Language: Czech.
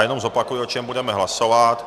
Jenom zopakuji, o čem budeme hlasovat.